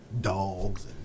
dogs